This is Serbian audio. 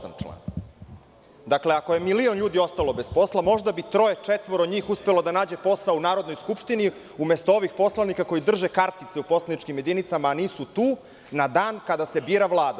Dakle, član 128, ako je milion ljudi ostalo bez posla možda bi troje ili četvoro njih uspelo da nađe posao u Skupštini Srbije, umesto ovih poslanika koji drže kartice u poslaničkim jedinicama, a nisu tu na dan kada se bira Vlada.